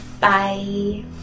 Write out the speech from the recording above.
Bye